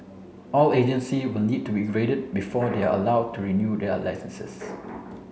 all agency will need to be graded before they are allowed to renew their licences